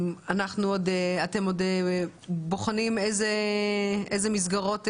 אתם עוד בוחנים איזה מסגרות?